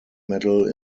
medal